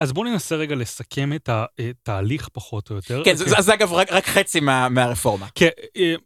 אז בואו ננסה רגע לסכם את התהליך, פחות או יותר. כן, זה אגב רק חצי מהרפורמה.